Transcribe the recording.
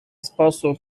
sposób